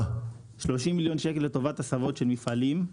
30 מיליון שקל לטובת הסבות של מפעלים.